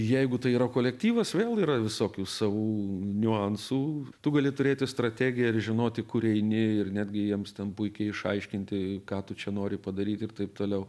jeigu tai yra kolektyvas vėl yra visokių savų niuansų tu gali turėti strategiją ir žinoti kur eini ir netgi jiems ten puikiai išaiškinti ką tu čia nori padaryt ir taip toliau